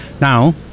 Now